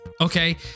Okay